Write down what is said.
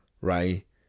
Right